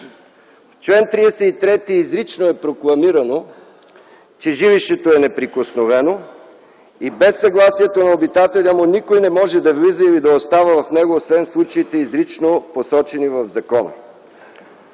В чл. 33 изрично е прокламирано, че жилището е неприкосновено и без съгласието на обитателя му никой не може да влиза или да остава в него, освен в случаи, изрично посочени в закон.